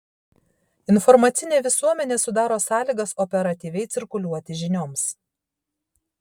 informacinė visuomenė sudaro sąlygas operatyviai cirkuliuoti žinioms